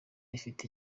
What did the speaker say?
ifite